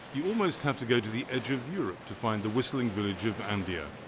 almost have to go to the edge of europe to find the whistling village of antia.